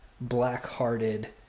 black-hearted